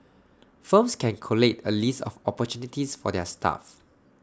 firms can collate A list of opportunities for their staff